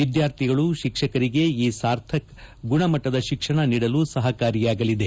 ವಿದ್ಯಾರ್ಥಿಗಳು ಶಿಕ್ಷಕರಿಗೆ ಈ ಸಾರ್ಥಕ್ ಗುಣಮಟ್ಟದ ಶಿಕ್ಷಣ ನೀಡಲು ಸಹಕಾರಿಯಾಗಲಿದೆ